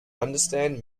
understand